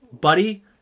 Buddy